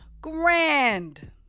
grand